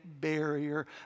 barrier